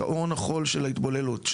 שעון החול של ההתבוללות,